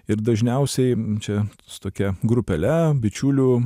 ir dažniausiai čia su tokia grupele bičiulių